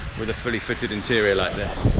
with a fully fitted interior like this.